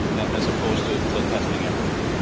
as opposed to to testing everybody.